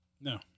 No